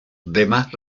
demás